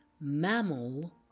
mammal